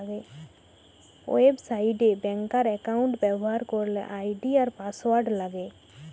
website এ ব্যাংকার account ব্যবহার করলে আই.ডি আর পাসওয়ার্ড লাগে